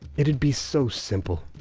it'd be so simple.